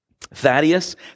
Thaddeus